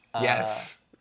Yes